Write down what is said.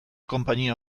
konpainia